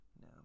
No